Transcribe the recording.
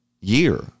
year